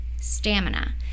stamina